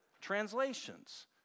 translations